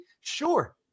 Sure